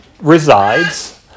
resides